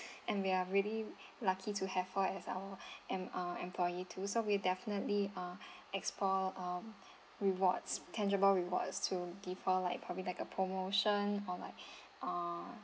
and we are really lucky to have her as our em~ err employee too so we definitely uh explore um rewards tangible rewards to give her like probably like a promotion or like uh